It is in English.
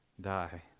die